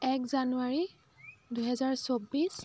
এক জানুৱাৰী দুহেজাৰ চৌব্বিছ